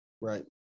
right